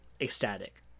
ecstatic